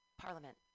Parliament